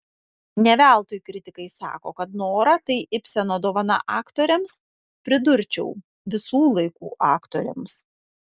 ne veltui kritikai sako kad nora tai ibseno dovana aktorėms pridurčiau visų laikų aktorėms